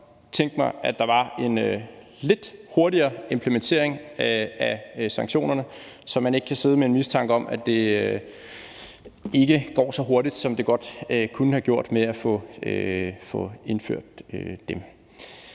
godt tænke mig, at der var en lidt hurtigere implementering af sanktionerne, så man ikke kan sidde med en mistanke om, at det ikke går så hurtigt, som det godt kunne have gjort med at få indført dem.